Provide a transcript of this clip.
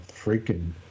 freaking